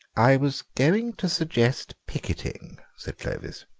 i was going to suggest picketing, said clovis.